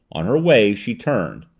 on her way, she turned.